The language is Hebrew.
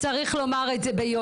אין לי למי לפנות.